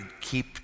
keep